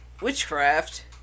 witchcraft